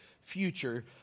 future